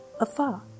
afar